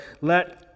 let